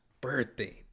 birthday